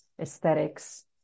aesthetics